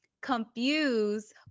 confuse